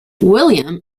william